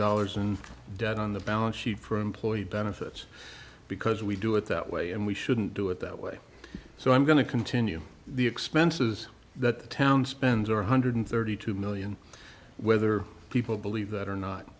dollars in debt on the balance sheet for employee benefits because we do it that way and we shouldn't do it that way so i'm going to continue the expenses that the town spends are one hundred thirty two million whether people believe that or not